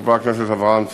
חבר הכנסת אברהם צרצור,